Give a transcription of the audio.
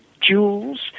Jewels